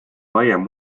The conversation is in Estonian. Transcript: laiem